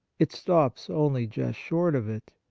it stops only just short of it.